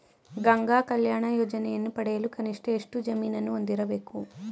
ಗಂಗಾ ಕಲ್ಯಾಣ ಯೋಜನೆಯನ್ನು ಪಡೆಯಲು ಕನಿಷ್ಠ ಎಷ್ಟು ಜಮೀನನ್ನು ಹೊಂದಿರಬೇಕು?